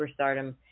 superstardom